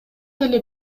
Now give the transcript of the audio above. деле